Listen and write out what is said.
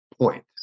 point